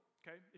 okay